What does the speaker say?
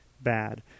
bad